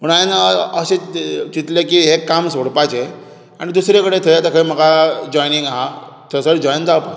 म्हुणू हांवें अशें चितलें की हें काम सोडपाचें आनी दुसरे कडेन थंय आतां खंय म्हाका जॉयनींग आसा थंयसर जॉयन जावपाक